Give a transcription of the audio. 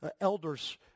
elders